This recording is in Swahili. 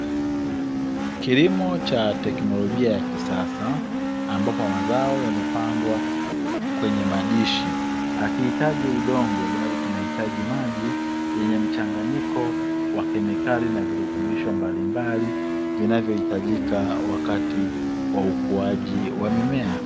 Kilimo cha teknolojia ya kisasa, ambapo mazao yamepandwa kwenye madishi hakihitaji udongo, bali kinahitaji maji yenye mchanganyiko wa kemikali na virutubisho mbalimbali, vinavyohitajika wakati wa ukuaji wa mimea.